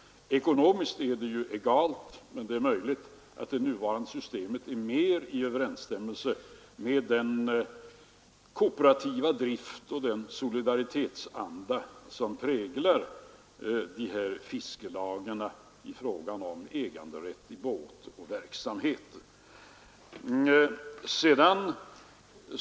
Ekonomiskt är det ju egalt, men det är möjligt att det nuvarande systemet är mer i överensstämmelse med den kooperativa drift och den solidaritetsanda som präglar de här fiskelagen i fråga om äganderätt till båten osv.